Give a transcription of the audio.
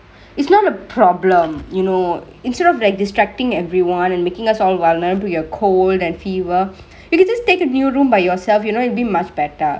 it's not a problem you know instead of like distractingk everyone and makingk us vulnerable to your cold and fever you can just take a new room by yourself you know it'd be much better